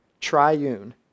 Triune